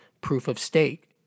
proof-of-stake